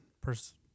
person